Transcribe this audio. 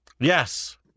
Yes